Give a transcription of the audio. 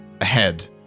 ahead